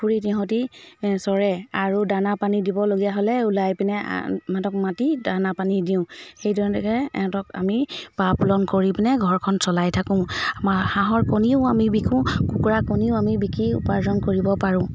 পুখুৰীত ইহঁতি চৰে আৰু দানা পানী দিবলগীয়া হ'লে ওলাই পিনে ইহঁতক মাতি দানা পানী দিওঁ সেই ধৰণে সিহঁতক আমি পা পুলন কৰি পিনে ঘৰখন চলাই থাকো আমাৰ হাঁহৰ কণীও আমি বিকো কুকুৰা কণীও আমি বিকি উপাৰ্জন কৰিব পাৰো